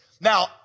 Now